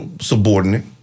subordinate